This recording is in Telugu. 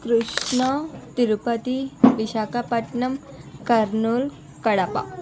కృష్ణ తిరుపతి విశాఖపట్నం కర్నూలు కడప